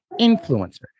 influencer